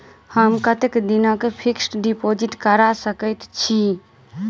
हम कतेक दिनक फिक्स्ड डिपोजिट करा सकैत छी?